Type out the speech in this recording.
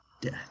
Death